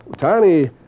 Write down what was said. Tiny